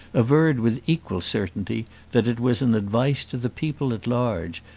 averred with equal certainty that it was an advice to the people at large,